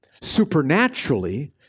supernaturally